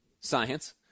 science